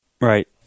Right